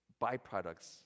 byproducts